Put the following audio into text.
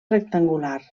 rectangular